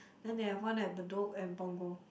then they have one at Bedok and Punggol